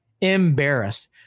Embarrassed